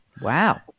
Wow